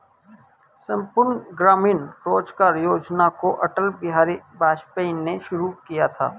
संपूर्ण ग्रामीण रोजगार योजना को अटल बिहारी वाजपेयी ने शुरू किया था